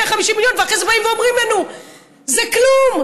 150 מיליון ואחרי זה באים ואומרים לנו שזה כלום,